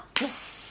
Yes